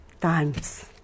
times